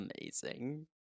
amazing